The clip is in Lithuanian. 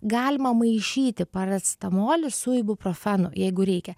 galima maišyti paracetamolį su ibuprofenu jeigu reikia